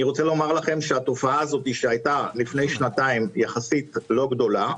התופעה הזו, שהיתה לפני שנתיים יחסית לא גדולה,